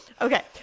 Okay